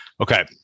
Okay